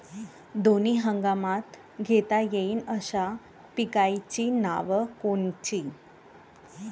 दोनी हंगामात घेता येईन अशा पिकाइची नावं कोनची?